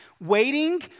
Waiting